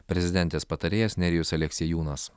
prezidentės patarėjas nerijus aleksiejūnas